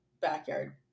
backyard